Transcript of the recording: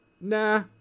Nah